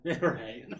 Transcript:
Right